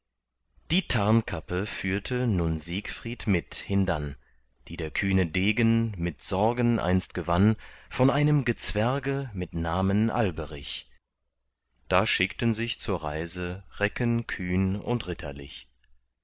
die tarnkappe führte nun siegfried mit hindann die der kühne degen mit sorgen einst gewann von einem gezwerge mit namen alberich da schickten sich zur reise recken kühn und ritterlich